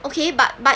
okay but but